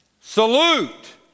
Salute